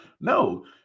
No